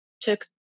took